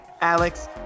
Alex